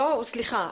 סליחה,